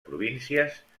províncies